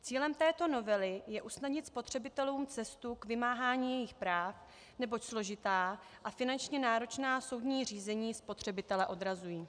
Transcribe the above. Cílem této novely je usnadnit spotřebitelům cestu k vymáhání jejich práv, neboť složitá a finančně náročná soudní řízení spotřebitele odrazují.